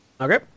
Okay